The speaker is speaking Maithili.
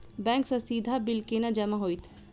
बैंक सँ सीधा बिल केना जमा होइत?